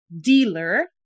dealer